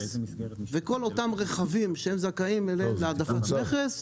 וכל אותם רכבים שזכאים להטבות מכס,